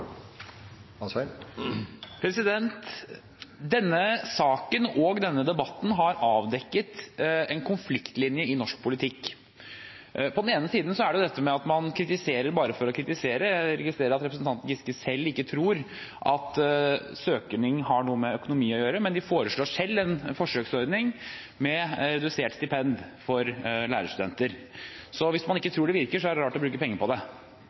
Denne saken og denne debatten har avdekket en konfliktlinje i norsk politikk – på den ene siden at man kritiserer bare for å kritisere. Jeg registrerer at representanten Giske selv ikke tror at søkning har noe med økonomi å gjøre, men de foreslår selv en forsøksordning med redusert stipend for lærerstudenter. Hvis man ikke tror det virker, er det rart å bruke penger på det.